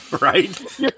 Right